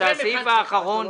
זה הסעיף האחרון.